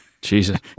Jesus